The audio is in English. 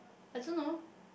I don't know